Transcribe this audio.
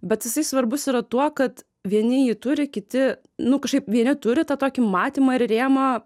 bet jisai svarbus yra tuo kad vieni jį turi kiti nu kažkaip vieni turi tą tokį matymą ir rėmą